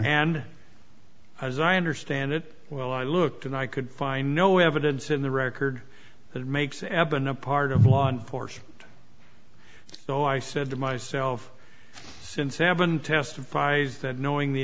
hand as i understand it well i looked and i could find no evidence in the record that makes appen a part of law enforcement so i said to myself and seven testifies that knowing the